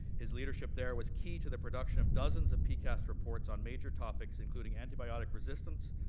his leadership there was key to the production of dozens of pcast reports on major topics, including antibiotic resistance,